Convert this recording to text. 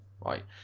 right